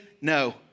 no